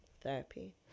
therapy